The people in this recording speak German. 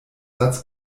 satz